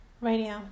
Radio